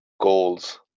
goals